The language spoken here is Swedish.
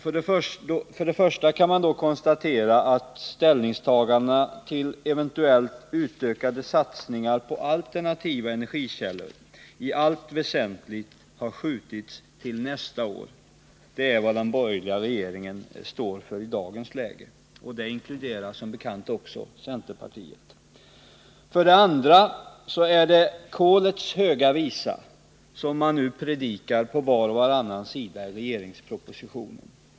För det första kan man konstatera att ställningstagandena till eventuellt utökade satsningar på alternativa energikällor i allt väsentligt har skjutits upp till nästa år. Det är vad den borgerliga regeringen står för i dagens läge, och den inkluderar som bekant också centerpartiet. För det andra är det kolets höga visa som man nu predikar på var och varannan sida i regeringspropositionen.